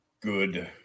good